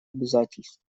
обязательств